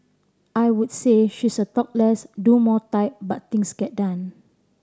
I would say she's a talk less do more type but things get done